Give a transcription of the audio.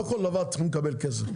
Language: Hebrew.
לא, לא כל דבר צריכים לקבל כסף.